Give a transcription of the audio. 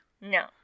No